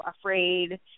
afraid